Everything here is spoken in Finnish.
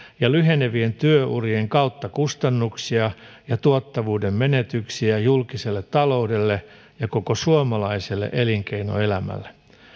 ja lyhenevien työurien kautta kustannuksia ja tuottavuuden menetyksiä julkiselle taloudelle ja koko suomalaiselle elinkeinoelämälle